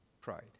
pride